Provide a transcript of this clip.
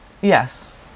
yes